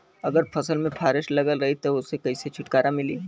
अगर फसल में फारेस्ट लगल रही त ओस कइसे छूटकारा मिली?